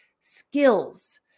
skills